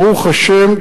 ברוך השם,